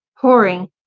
pouring